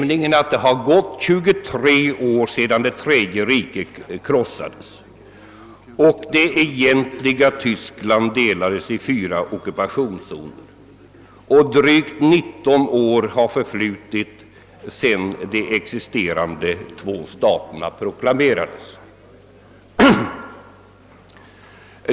Det är över 23 år sedan Tredje riket krossades och det egentliga Tyskland delades i fyra ockupationszoner, och drygt 19 år har förflutit sedan de existerande två staterna proklamerades.